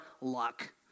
luck